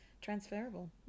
transferable